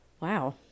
Wow